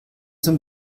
zum